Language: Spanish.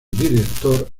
director